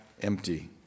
empty